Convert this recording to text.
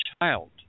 child